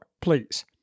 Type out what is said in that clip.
please